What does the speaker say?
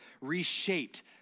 reshaped